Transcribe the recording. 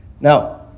Now